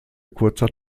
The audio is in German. kurzer